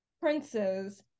Princes